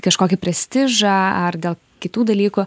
kažkokį prestižą ar dėl kitų dalykų